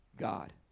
God